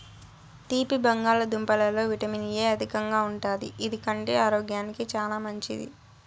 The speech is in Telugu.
తీపి బంగాళదుంపలలో విటమిన్ ఎ అధికంగా ఉంటాది, ఇది కంటి ఆరోగ్యానికి చానా మంచిది